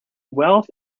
wealth